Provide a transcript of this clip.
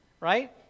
right